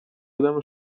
آدم